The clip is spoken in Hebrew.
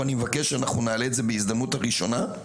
ואני מבקש שאנחנו נעלה את זה בהזדמנות הראשונה,